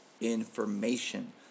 information